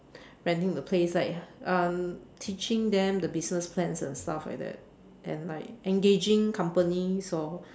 renting the place like uh teaching them the business plans and stuff like that and like engaging companies or